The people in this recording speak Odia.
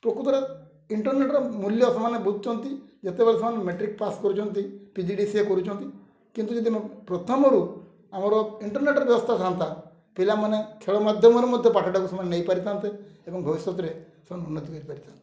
ପ୍ରକୃତରେ ଇଣ୍ଟରର୍ନେଟ୍ର ମୂଲ୍ୟ ସେମାନେ ବୁଝୁଛନ୍ତି ଯେତେବେଳେ ସେମାନେ ମେଟ୍ରିକ୍ ପାସ୍ କରୁଛନ୍ତି P G D C A କରୁଛନ୍ତି କିନ୍ତୁ ପ୍ରଥମରୁ ଆମର ଇଣ୍ଟରର୍ନେଟ୍ର ବ୍ୟବସ୍ଥା ଥାଆନ୍ତା ପିଲାମାନେ ଖେଳ ମାଧ୍ୟମରେ ମଧ୍ୟ ପାଠଟାକୁ ସେମାନେ ନେଇପାରିଥାନ୍ତେ ଏବଂ ଭବିଷ୍ୟତରେ ସେମାନେ ଉନ୍ନତି କରିପାରିଥାନ୍ତେ